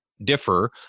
differ